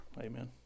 Amen